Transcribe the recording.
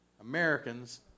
Americans